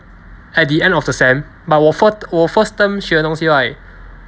at the end of the sem but 我 first 我 first term 学的东西 right